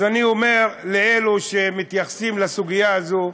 אז אני אומר לאלה שמתייחסים אל הסוגיה הזו: